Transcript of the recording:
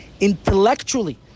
intellectually